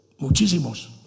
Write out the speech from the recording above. Muchísimos